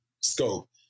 scope